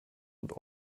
und